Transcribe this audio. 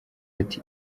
ati